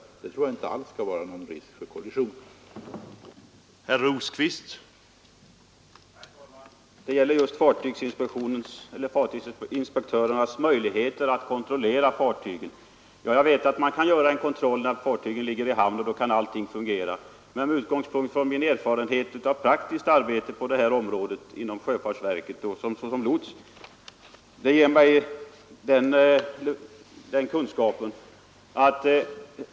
Sedan tror jag inte alls att det skall föreligga någon risk för kollision längre.